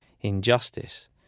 injustice